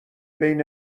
بین